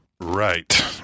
Right